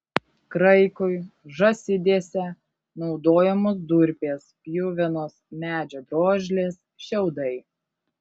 kraikui žąsidėse naudojamos durpės pjuvenos medžio drožlės šiaudai